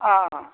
অঁ